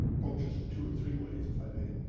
approach this in two or three ways, if i may.